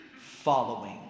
following